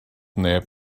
neb